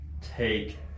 take